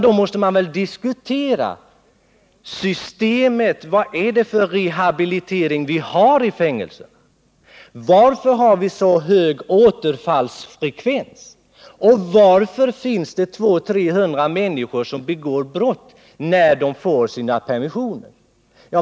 Då måste man väl diskutera systemet. Vad är det för rehabilitering vi har i fängelserna? Varför har vi så hög återfallsfrekvens? Varför finns det 200-300 människor som begår brott när de får sina permissioner?